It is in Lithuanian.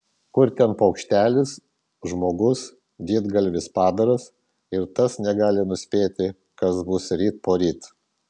kur ten paukštelis žmogus didgalvis padaras ir tas negali nuspėti kas bus ryt poryt